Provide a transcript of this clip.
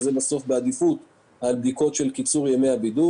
זה בעדיפות על בדיקות של קיצור ימי הבידוד